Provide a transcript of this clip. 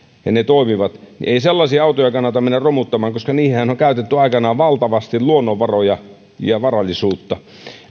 ja ne toimivat ei sellaisia autoja kannata mennä romuttamaan koska niihinhän on käytetty aikanaan valtavasti luonnonvaroja ja varallisuutta